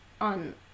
on